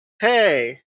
hey